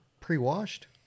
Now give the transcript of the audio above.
Pre-washed